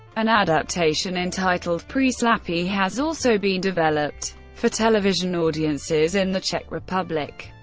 an adaptation entitled preslapy has also been developed for television audiences in the czech republic.